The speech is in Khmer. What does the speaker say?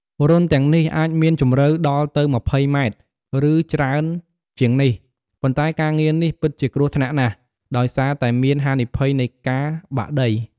រន្ធទាំងនេះអាចមានជម្រៅដល់ទៅ ម្ភៃម៉ែត្រ ឬច្រើនជាងនេះ ប៉ុន្តែការងារនេះពិតជាគ្រោះថ្នាក់ណាស់ ដោយសារតែមានហានិភ័យនៃការបាក់ដី។